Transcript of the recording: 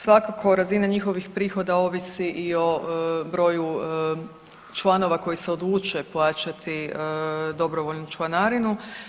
Svakako razina njihovih prihoda ovisi i o broju članova koji se odluče plaćati dobrovoljnu članarinu.